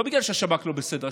לא בגלל שהשב"כ לא בסדר,